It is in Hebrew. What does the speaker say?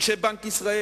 אנשי בנק ישראל,